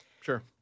Sure